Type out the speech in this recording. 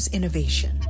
innovation